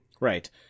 Right